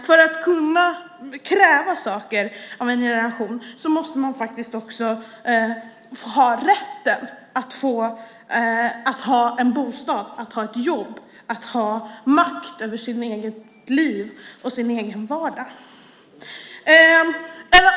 För att kunna kräva saker av en generation måste de faktiskt också ha rätten att ha en bostad, ett jobb och makt över sitt eget liv och sin egen vardag.